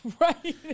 Right